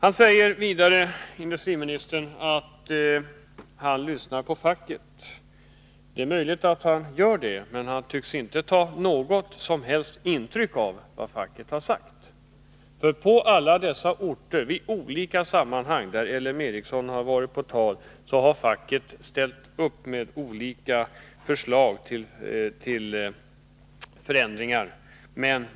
Industriministern säger vidare att han lyssnar på facket. Det är möjligt, men han tycks inte ta något som helst intryck av vad facket har sagt. På alla dessa orter har facket i olika sammanhang där L M Ericsson varit på tal ställt upp med olika förslag till förändringar.